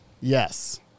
Yes